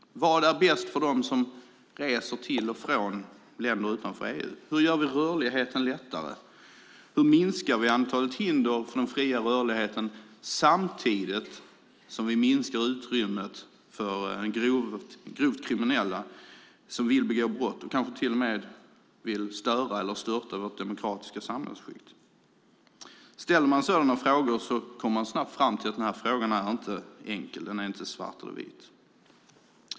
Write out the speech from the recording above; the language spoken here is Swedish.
Vad är bäst för dem som reser till och från länder utanför EU? Hur gör vi rörligheten lättare? Hur minskar vi antalet hinder för den fria rörligheten samtidigt som vi minskar utrymmet för grovt kriminella som vill begå grova brott och kanske till och med vill störa eller störta vårt demokratiska samhälle? Ställer man sig dessa frågor kommer man snabbt fram till att det inte finns något enkelt svar, det är inte fråga om svart eller vitt.